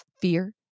fear